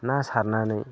ना सारनानै